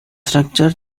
structure